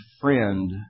friend